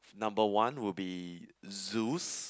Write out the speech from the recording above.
number one will be Zeus